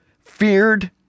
feared